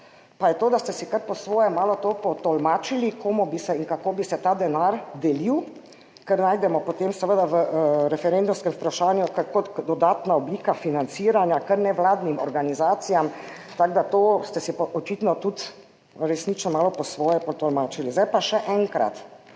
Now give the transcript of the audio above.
pa je to, da ste si kar po svoje malo tolmačili, komu in kako bi se ta denar delil, kar najdemo potem seveda v referendumskem vprašanju, kot dodatna oblika financiranja kar nevladnim organizacijam, tako da ste si to očitno resnično malo po svoje tolmačili. Zdaj pa še enkrat,